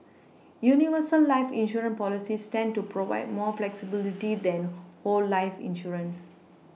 universal life insurance policies tend to provide more flexibility than whole life insurance